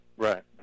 Right